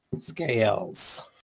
Scales